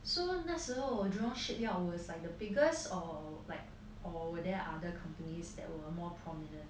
so 那时候 jurong shipyard was like the biggest or like or their other companies that were more prominent